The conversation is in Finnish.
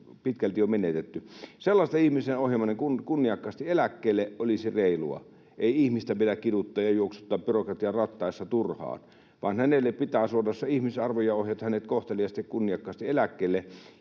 Sellaisten ihmisten ohjaaminen kunniakkaasti eläkkeelle olisi reilua. Ei ihmistä pidä kiduttaa ja juoksuttaa byrokratian rattaissa turhaan, vaan hänelle pitää suoda se ihmisarvo ja ohjata hänet kohteliaasti, kunniakkaasti eläkkeelle,